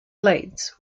blades